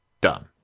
dumb